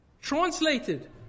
Translated